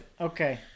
Okay